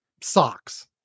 socks